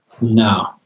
No